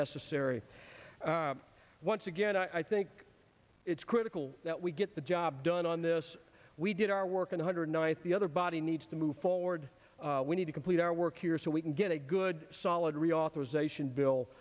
necessary once again i think it's critical that we get the job done on this we did our work in a hundred night the other body needs to move forward we need to complete our work here so we can get a good solid reauthorization bill